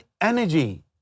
energy